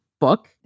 book